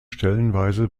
stellenweise